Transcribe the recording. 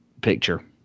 picture